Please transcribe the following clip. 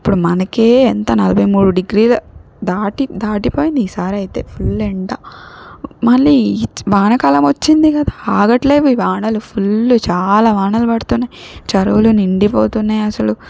ఇప్పుడు మనకే ఎంత నలబై మూడు డిగ్రీల దాటి దాటిపోయింది ఈ సారైతే ఫుల్ ఎండ మళ్ళీ ఇచ్ వానాకాలలం వచ్చింది కదా ఆగట్లేదు ఈ వానలు ఫుల్ చాలా వానలు పడుతున్నాయి చెరువులు నిండిపోతున్నాయి అసలు